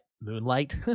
Moonlight